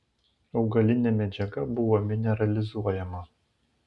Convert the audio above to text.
augalinė medžiaga buvo mineralizuojama